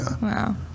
wow